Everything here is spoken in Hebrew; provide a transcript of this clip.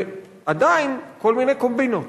ועדיין כל מיני קומבינות.